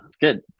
good